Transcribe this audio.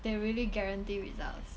they really guarantee results